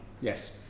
Yes